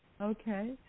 Okay